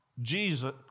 Jesus